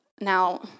Now